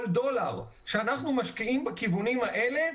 דולר שאנחנו משקיעים בכיוונים האלה,